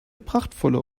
prachtvolle